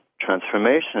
Transformation